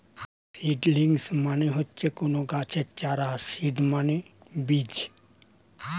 seedlings মানে হচ্ছে কোনো গাছের চারা আর সিড মানে বীজ